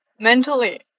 mentally